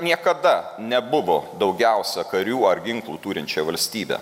niekada nebuvo daugiausia karių ar ginklų turinčia valstybe